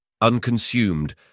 unconsumed